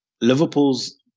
Liverpool's